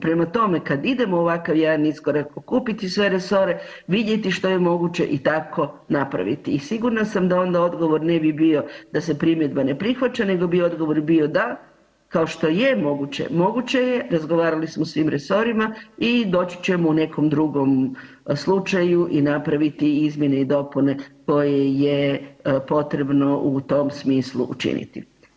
Prema tome, kad idemo u ovakav jedan iskorak, pokupiti sve resore, vidjeti što je moguće i tako napraviti i sigurna sam da onda odgovor ne bi bio da se primjedba ne prihvaća nego bi odgovor bio da, kao što je moguće, moguće je, razgovarali smo svim resorima i doći ćemo u nekom drugom slučaju i napraviti izmjene i dopune koje je potrebno u tom smislu učiniti.